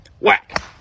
Whack